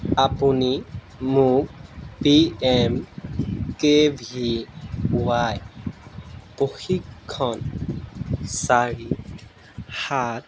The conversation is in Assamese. আপুনি মোক P M K V Y প্ৰশিক্ষণ চাৰি সাত